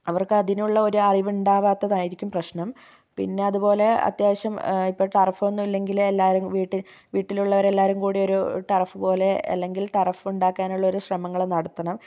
അവർക്കതിനുള്ള ഒരറിവ് ഉണ്ടാവാത്തതായിരിക്കും പ്രശ്നം പിന്നതുപോലെ അത്യാവശ്യം ഇപ്പോൾ ടർഫൊന്നും ഇല്ലെങ്കില് എല്ലാവരും വീട്ട് വീട്ടിലുള്ളവർ എല്ലാം കൂടിയൊരു ടർഫ് പോലെ അല്ലെങ്കിൽ ടർഫുണ്ടാക്കാനുള്ളൊരു ശ്രമങ്ങള് നടത്തണം